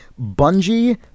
Bungie